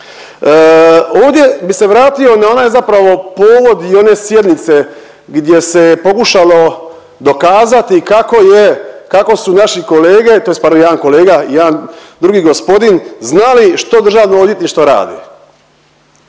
Ovdje bi se vratio na onaj zapravo povod i one sjednice gdje se je pokušalo dokazati kako je, kako su naši kolege tj. pardon jedan kolega, jedan drugi gospodin znali što državno odvjetništvo radi.